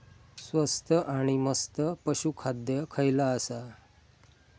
स्वस्त आणि मस्त पशू खाद्य खयला आसा?